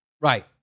Right